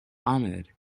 ahmed